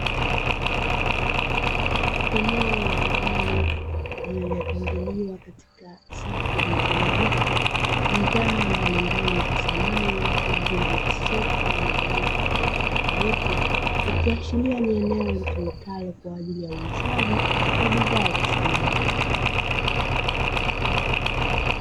Eneo la ndani lililopangiliwa katika safu zilizo nyooka, bidhaa mbali mbali za samani kama vile masofa yenye rangi tofauti tofauti ikiashiria ni eneo litumikalo kwa ajili ya uuzaji wa bidhaa za samani.